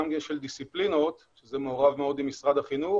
גם של דיסציפלינות שזה מעורב עם משרד החינוך,